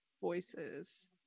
voices